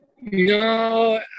No